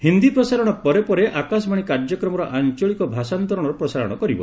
ହିନ୍ଦୀ ପ୍ରସାରଣ ପରେ ପରେ ଆକାଶବାଣୀ କାର୍ଯ୍ୟକ୍ରମର ଆଞ୍ଚଳିକ ଭାଷାନ୍ତରଣର ପ୍ରସାରଣ କରିବ